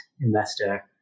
investor